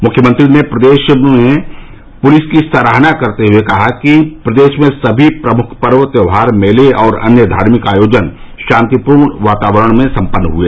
मुख्यमंत्री ने प्रदेश पुलिस की सराहना करते हुए कहा कि प्रदेश में सभी प्रमुख पर्व त्योहार मेले और अन्य धार्मिक आयोजन शांतिपूर्ण वातावरण में सम्पन्न हुए